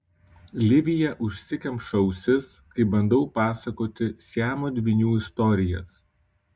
livija užsikemša ausis kai bandau pasakoti siamo dvynių istorijas